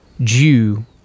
Jew